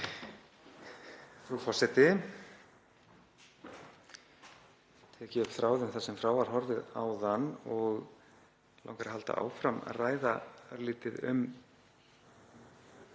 Frú forseti. Ég tek upp þráðinn þar sem frá var horfið áðan og mig langar að halda áfram að ræða örlítið um